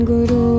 Guru